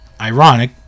ironic